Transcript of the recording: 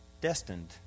destined